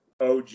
OG